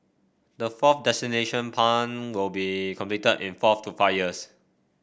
the fourth desalination plant will be completed in four to five years